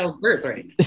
birthright